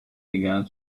began